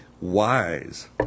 wise